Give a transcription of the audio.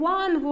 one